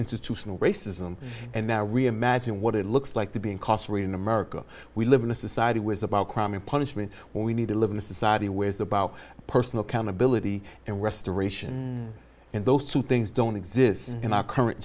institutional racism and now reimagine what it looks like to being cost free in america we live in a society was about crime and punishment when we need to live in a society where it's about personal accountability and restoration and those two things don't exist in our current